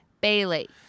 Bailey